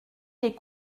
des